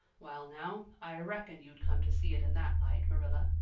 well now, i reckoned you'd come to see it in that light, marilla,